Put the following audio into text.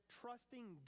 trusting